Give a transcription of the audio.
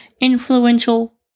influential